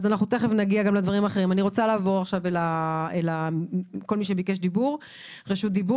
אני רוצה לעבור לכל מי שביקש רשות דיבור.